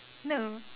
no